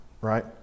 Right